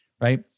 right